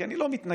כי אני לא מתנגד